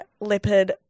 leopard